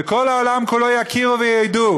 וכל העולם כולו יכירו וידעו